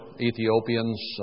Ethiopians